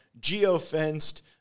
geofenced